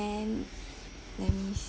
let me